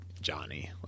Johnny